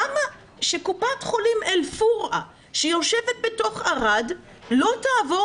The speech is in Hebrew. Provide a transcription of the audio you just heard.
למה שקופת חולים אל פורעה שיושבת בתוך ערד לא תעבור